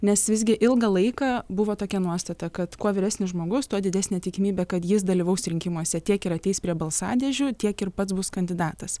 nes visgi ilgą laiką buvo tokia nuostata kad kuo vyresnis žmogus tuo didesnė tikimybė kad jis dalyvaus rinkimuose tiek ir ateis prie balsadėžių tiek ir pats bus kandidatas